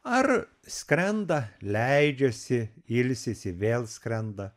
ar skrenda leidžiasi ilsisi vėl skrenda